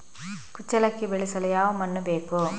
ಕುಚ್ಚಲಕ್ಕಿ ಬೆಳೆಸಲು ಯಾವ ಮಣ್ಣು ಬೇಕು?